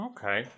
Okay